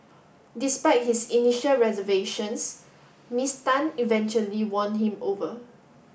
despite his initial reservations Ms Tan eventually won him over